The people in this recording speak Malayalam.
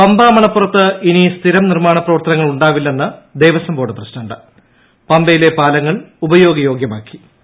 പമ്പാ മണപ്പുറത്ത് ഇനി സ്ഥിരം നിർമ്മാണ പ്രവർത്തനങ്ങൾ ഉണ്ടാവില്ലെന്ന് ദേവസ്വം ബോർഡ് പ്രസിഡ്രിന്റ് പമ്പയിലെ പാലങ്ങൾ ഉപയോഗ യോഗ്യമാക്കി